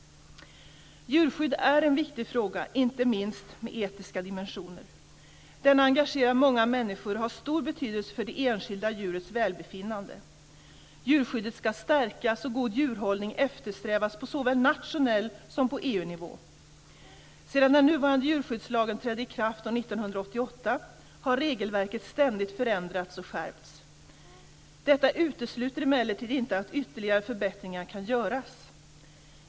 Djurskydd är en viktig fråga med inte minst etiska dimensioner. Den engagerar många människor och har stor betydelse för det enskilda djurets välbefinnande. Djurskyddet ska stärkas och god djurhållning eftersträvas på såväl nationell nivå som EU-nivå. Sedan den nuvarande djurskyddslagen trädde i kraft år 1988 har regelverket ständigt förändrats och skärpts. Detta utesluter emellertid inte att ytterligare förbättringar kan göras.